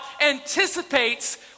anticipates